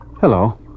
Hello